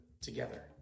together